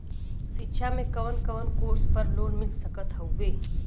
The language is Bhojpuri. शिक्षा मे कवन कवन कोर्स पर लोन मिल सकत हउवे?